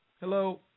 Hello